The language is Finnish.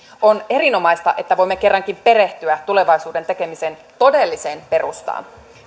on erinomaista että voimme kerrankin perehtyä tulevaisuuden tekemisen todelliseen perustaan